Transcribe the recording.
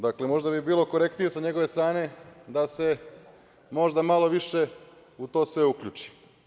Dakle, možda bi bilo korektnije sa njegove strane da se možda malo više u to sve uključi.